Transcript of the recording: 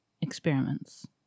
Experiments